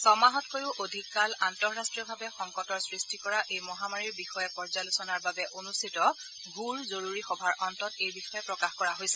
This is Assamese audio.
ছমাহতকৈ অধিক কাল আন্তঃৰাষ্ট্ৰীয়ভাৱে সংকটৰ সৃষ্টি কৰা এই মহামাৰীৰ বিষয়ে পৰ্যালোচনাৰ বাবে অনূষ্ঠিত হুৰ জৰুৰী সভাৰ অন্তত এই বিষয়ে প্ৰকাশ কৰা হৈছে